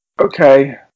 okay